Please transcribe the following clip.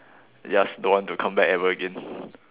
just don't want to come back ever again